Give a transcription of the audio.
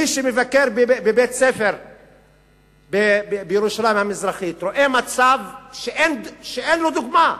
מי שמבקר בבית-ספר בירושלים המזרחית רואה מצב שאין לו דוגמה,